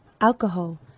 alcohol